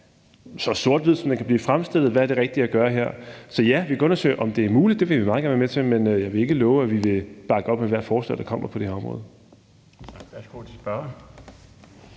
så sort-hvid, som den kan blive fremstillet. Hvad er det rigtige at gøre her? Så ja, vi kan undersøge, om det er muligt. Det vil vi meget gerne være med til. Men jeg vil ikke love, at vi vil bakke op om ethvert forslag, der kommer på det her område.